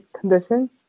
conditions